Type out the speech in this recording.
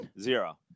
Zero